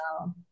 wow